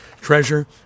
treasure